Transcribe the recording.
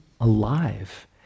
alive